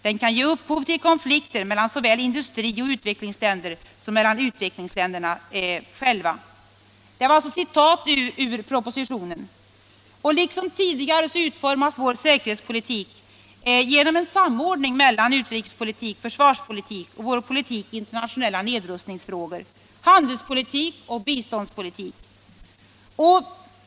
Den kan ge upphov till konflikter mellan såväl industrioch utvecklingsländer som mellan utvecklingsländerna själva.” Liksom tidigare utformas vår säkerhetspolitik genom en samordning mellan utrikespolitik, försvarspolitik, vår politik i internationella nedrustningsfrågor, handelspolitik och biståndspolitik.